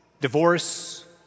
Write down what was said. divorce